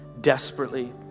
desperately